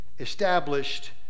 Established